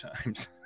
times